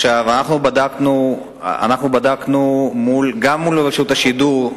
אנחנו בדקנו גם מול רשות השידור,